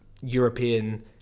European